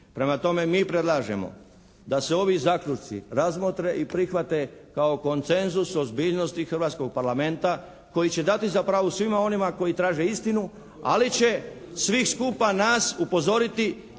Prema tome, mi predlažemo da se ovi zaključci razmotre i prihvate kao koncenzus ozbiljnosti hrvatskog parlamenta koji će dati za pravo svima onima koji traže istinu ali će svi skupa nas upozoriti